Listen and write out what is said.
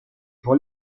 pour